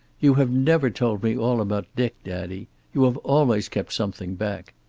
you have never told me all about dick, daddy. you have always kept something back.